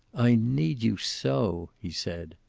i need you so! he said.